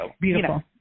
Beautiful